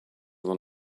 than